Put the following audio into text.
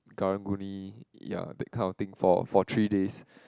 Karang-Guni ya that kind of thing for for three days